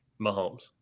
Mahomes